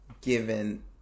given